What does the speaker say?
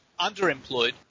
underemployed